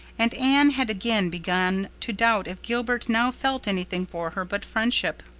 and anne had again begun to doubt if gilbert now felt anything for her but friendship.